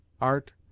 Art